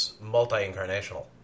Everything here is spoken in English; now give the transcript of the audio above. multi-incarnational